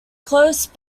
close